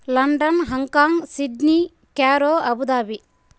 London Hong Kong Sydney Cairo Abu Dhabi